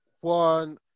one